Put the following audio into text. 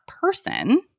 person